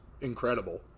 incredible